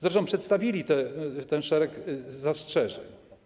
Zresztą przedstawili ten szereg zastrzeżeń.